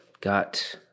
Got